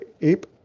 ape